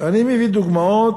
אני מביא דוגמאות